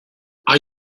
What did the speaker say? are